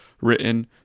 written